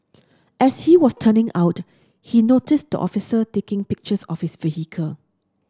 as he was turning out he noticed the officer taking pictures of his vehicle